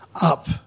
up